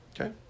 Okay